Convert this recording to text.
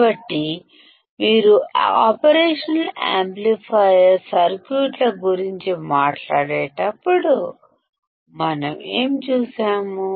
కాబట్టి మీరు operational amplifier సర్క్యూట్ల గురించి మాట్లాడినప్పుడు మనం ఏమి చూశాము